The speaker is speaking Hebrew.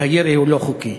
שהירי הוא לא חוקי.